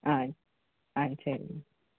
ஆ ஆ சரிங்க